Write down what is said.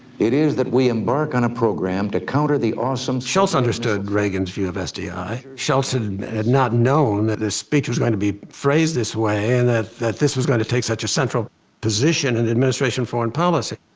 it is that we embark on a program to counter the awesome. shultz understood reagan's view of s d i. shultz and had not known that this speech was going to be phrased this way and that that this was going to take such a central position and administration foreign policy.